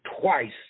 twice